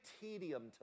tedium